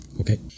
Okay